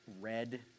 red